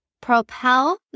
propel